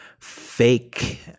fake